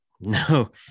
No